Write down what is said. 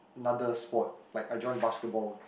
another sport like I join basketball